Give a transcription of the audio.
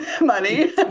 money